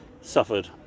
suffered